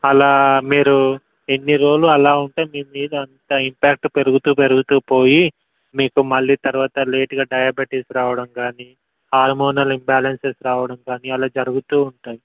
అలా మీరు ఎన్ని రోజులు అలా ఉంటే మీ మీద అంత ఇంపాక్ట్ పెరుగుతూ పెరుగుతూ పోయి మీకు మళ్ళీ తర్వాత లేటుగా డయాబెటీస్ రావడం కానీ హార్మోనల్ ఇంబ్యాలెన్సెస్ రావడం కానీ అలా జరుగుతూ ఉంటాయి